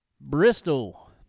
Bristol